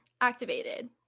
activated